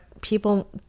people